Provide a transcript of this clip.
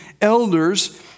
elders